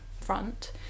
front